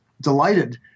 delighted